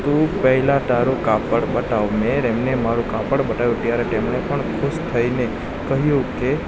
તું પહેલાં તારું કાપડ બતાવ મેં એમને મારું કાપડ બતાવ્યું ત્યારે તેમણે પણ ખુશ થઈને કહ્યું કે